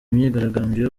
myigaragambyo